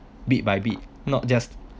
bit by bit not just